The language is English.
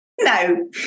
no